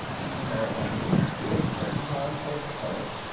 he snarled at me. here's curtain time close upon us,